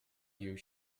you